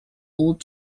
old